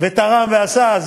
ותרם ועשה.